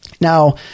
Now